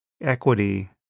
equity